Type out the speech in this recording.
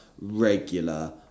regular